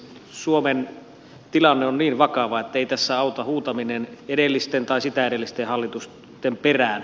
suomen tilanne on niin vakava ettei tässä auta huutaminen edellisten tai sitä edellisten hallitusten perään